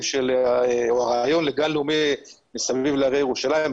או הרעיון לגן לאומי מסביב להרי ירושלים,